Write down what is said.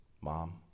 Mom